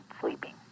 sleeping